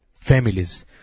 families